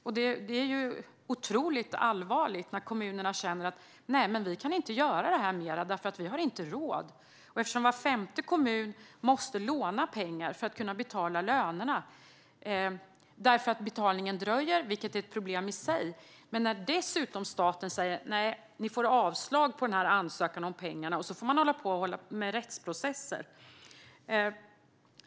Det är otroligt allvarligt när kommunerna känner att de inte längre kan göra detta eftersom de inte har råd. Var femte kommun måste låna pengar för att kunna betala lönerna därför att betalningen dröjer, vilket är ett problem i sig. Staten säger dessutom sedan att man får avslag på ansökan om pengarna och man sedan får hålla på med rättsprocesser.